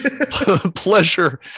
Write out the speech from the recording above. pleasure